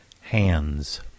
hands